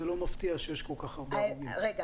זה לא מפתיע שיש כל כך הרבה הרוגים.